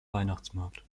weihnachtsmarkt